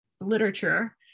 literature